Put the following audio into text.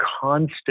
constant